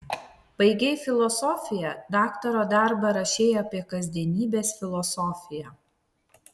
baigei filosofiją daktaro darbą rašei apie kasdienybės filosofiją